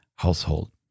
household